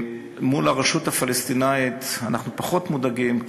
מול הרשות הפלסטינית אנחנו פחות מודאגים,